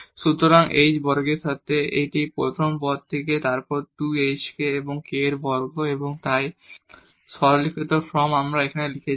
সুতরাং h বর্গের সাথে এটি এই প্রথম পদ থেকে তারপর 2 hk এবং k বর্গ এবং তাই সরলীকৃত ফর্ম আমরা এটি লিখেছি